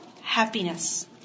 happiness